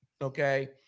okay